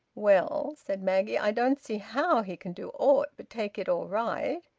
well, said maggie, i don't see how he can do aught but take it all right.